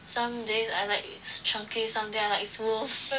some days I like it chunky some days I like it smooth